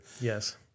Yes